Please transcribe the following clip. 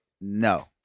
No